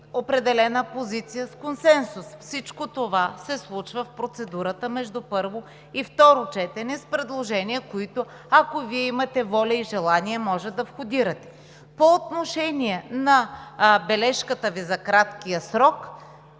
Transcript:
определена позиция с консенсус. Всичко това се случва в процедурата между първо и второ четене с предложения, които, ако Вие имате воля и желание, може да входирате. По отношение на бележката Ви за краткия срок.